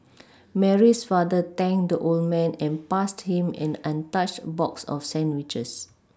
Mary's father thanked the old man and passed him an untouched box of sandwiches